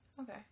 Okay